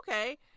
okay